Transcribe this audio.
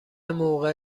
موقع